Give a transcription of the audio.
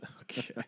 Okay